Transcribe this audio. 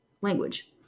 language